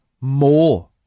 more